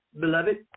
beloved